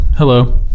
hello